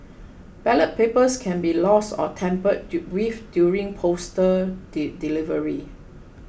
ballot papers can be lost or tampered with during postal delivery